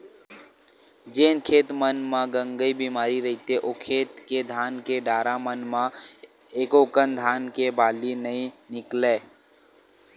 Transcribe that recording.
जेन खेत मन म गंगई बेमारी रहिथे ओ खेत के धान के डारा मन म एकोकनक धान के बाली नइ निकलय